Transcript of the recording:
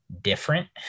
different